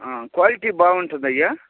quality బాగుంటుందయ్యా